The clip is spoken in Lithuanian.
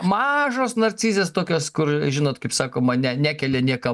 mažos narcizės tokios kur žinot kaip sakoma ne nekelia niekam